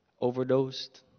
overdosed